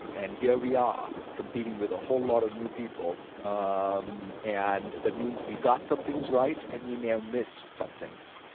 and and here we are competing with a whole lot of new people, um and that means we got some things right and we may have missed some things.